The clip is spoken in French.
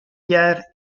pierre